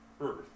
earth